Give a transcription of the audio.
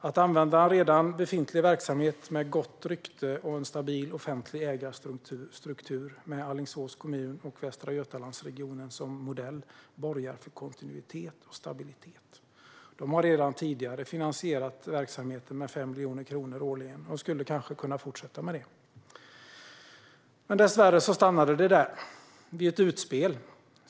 Att använda en redan befintlig verksamhet med gott rykte och stabil offentlig ägarstruktur med Alingsås kommun och Västra Götalandsregionen som modell borgar för kontinuitet och stabilitet. De har redan tidigare finansierat verksamheten med 5 miljoner kronor årligen och skulle kanske kunna fortsätta med det. Dessvärre stannade det där - med ett utspel.